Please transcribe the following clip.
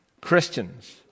christians